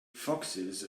foxes